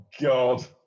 God